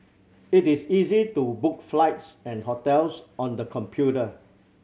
it is easy to book flights and hotels on the computer